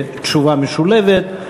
תשובה משולבת,